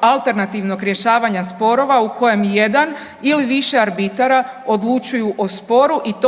alternativnog rješavanja sporova u kojem jedan ili više arbitara odlučuju o sporu i to